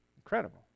Incredible